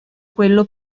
quello